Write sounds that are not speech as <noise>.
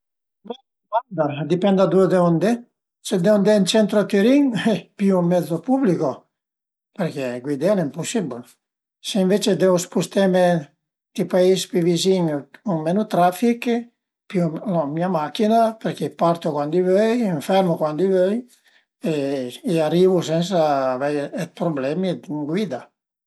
Guarda a dipend da ëndua deu andé, se devu andé ën centro a Türin <noise> pìu ün mezzo pubblico perché guidé al e ëmpusibul, se ënvece deu spusteme ënt i pais pi vizin cun menu trafich pìu la mia machin-a perché partu cuandi vöi, m'fermu cuandi vöi e arivu sensa avei d'problemi d'guida